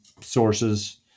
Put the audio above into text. sources